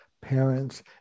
parents